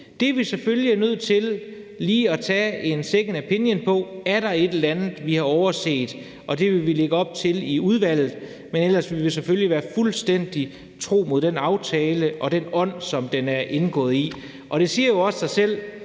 er vi selvfølgelig nødt til lige at tage en second opinion på: Er der et eller andet, vi har overset? Det vil vi lægge op til at drøfte i udvalget. Men ellers vil vi selvfølgelig være fuldstændig tro mod den aftale og den ånd, som den er indgået i. Det siger jo også sig selv,